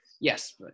yes